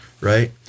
right